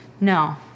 No